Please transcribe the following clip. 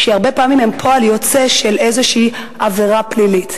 שהרבה פעמים הן פועל יוצא של איזושהי עבירה פלילית.